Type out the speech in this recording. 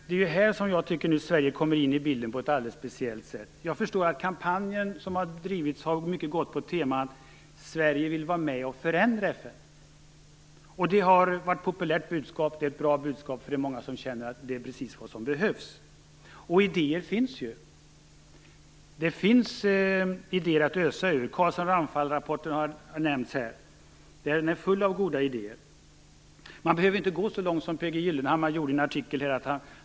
Det är där jag tycker att Sverige kommer in i bilden på ett alldeles speciellt sätt. Jag har förstått att den kampanj som bedrivits mycket har gått på temat att Sverige vill vara med och förändra FN. Det har varit ett populärt budskap, och det är ett bra budskap. Många känner att det är precis vad som behövs. Det finns ju idéer. Det finns idéer att ösa från, Carlsson Ramphal-rapporten har nämnts här. Den är full av goda idéer. Man behöver inte gå så långt som P-G Gyllenhammar gjorde i en artikel.